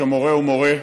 שמורה הוא מורה.